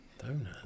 Donut